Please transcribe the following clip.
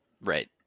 Right